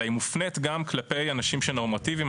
אלא היא מופנית גם כלפי אנשים נורמטיביים,